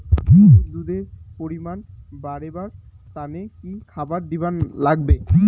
গরুর দুধ এর পরিমাণ বারেবার তানে কি খাবার দিবার লাগবে?